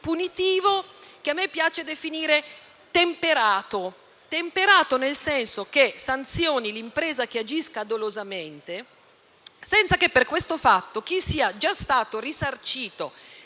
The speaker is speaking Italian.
punitivo che a me piace definire "temperato", nel senso che sanzioni l'impresa che agisca dolosamente senza che, per questo fatto, chi sia già stato risarcito